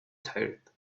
tired